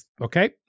Okay